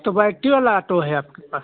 तो बैटी वाला ऑटो है आपके पास